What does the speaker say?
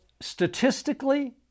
statistically